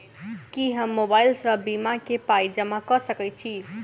की हम मोबाइल सअ बीमा केँ पाई जमा कऽ सकैत छी?